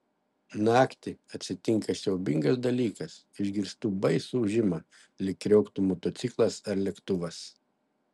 naktį atsitinka siaubingas dalykas išgirstu baisų ūžimą lyg krioktų motociklas ar lėktuvas